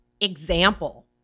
example